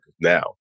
now